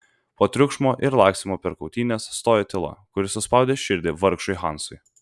po triukšmo ir lakstymo per kautynes stojo tyla kuri suspaudė širdį vargšui hansui